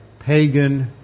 pagan